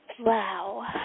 Wow